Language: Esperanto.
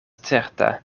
certa